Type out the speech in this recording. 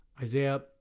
Isaiah